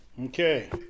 Okay